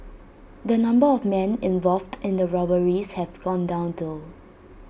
the number of men involved in the robberies have gone down though